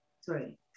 sorry